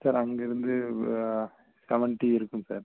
sir அங்கேருந்து seventy இருக்கும் sir